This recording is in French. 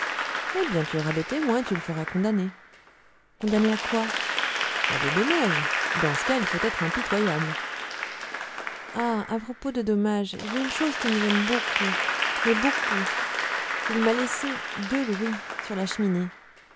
eh bien tu auras des témoins et tu le feras condamner condamner à quoi a des dommages dans ce cas il faut être impitoyable ah à propos de dommages il y a une chose qui me gêne beaucoup mais beaucoup il m'a laissé deux louis sur la cheminée